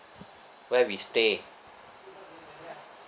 where we stay